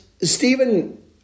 Stephen